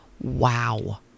Wow